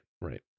right